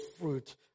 fruit